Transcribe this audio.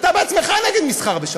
אתה בעצמך נגד מסחר בשבת,